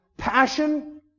passion